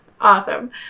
Awesome